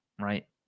right